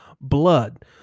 blood